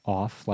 off